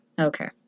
Okay